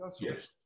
Yes